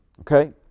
okay